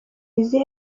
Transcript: izihe